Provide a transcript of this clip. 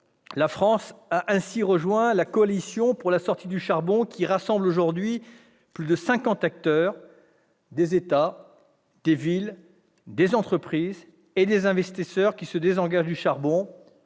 la France a rejoint la coalition pour la sortie du charbon, qui rassemble aujourd'hui plus de cinquante acteurs : des États, des villes, des entreprises et des investisseurs qui se désengagent du charbon.